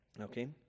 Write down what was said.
Okay